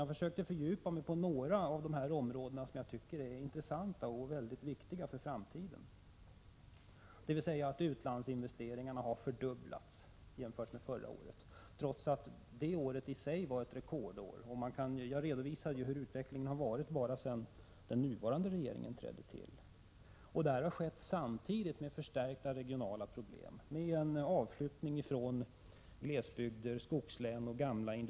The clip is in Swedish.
Jag försökte fördjupa mig på några av de områden som jag tycker är intressanta och viktiga för framtiden, t.ex. att utlandsinvesteringarna har fördubblats jämfört med förra året trots att det året var ett rekordår. Jag redovisade utvecklingen bara sedan den nuvarande regeringen trädde till. Detta har skett samtidigt som de regionala problemen har blivit större med avflyttning från glesbygder, skogslän och gamla Prot.